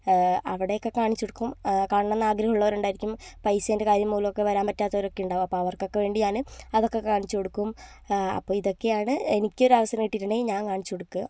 അവിടെയൊക്കെ കാണിച്ച് കൊടുക്കും കാണണം എന്ന് ആഗ്രഹമുള്ളവർ ഉണ്ടായിരിക്കും പൈസേൻ്റെ കാര്യം മൂലം ഒക്കെ വരാൻ പറ്റാത്തവരൊക്കെ ഉണ്ടാവും അപ്പം അവർക്കൊക്കെ വേണ്ടി ഞാൻ അതൊക്കെ കാണിച്ചു കൊടുക്കും അപ്പം ഇതൊക്കെയാണ് എനിക്കൊരവസരം കിട്ടിയിട്ടുണ്ടെങ്കിൽ ഞാൻ കാണിച്ചു കൊടുക്കുക